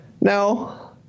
No